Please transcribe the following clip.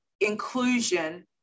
inclusion